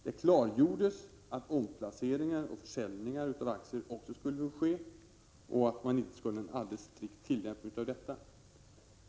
Det klargjordes också att omplaceringar och försäljningar av aktier skulle få ske och att man inte skulle behöva ha en alldeles strikt tillämpning.